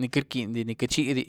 ni queity rquinydí ni queity zhíidí.